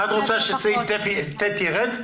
את רוצה שסעיף (ט) ירד?